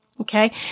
okay